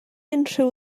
unrhyw